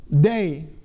day